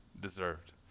deserved